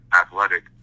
athletic